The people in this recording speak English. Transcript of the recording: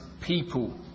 people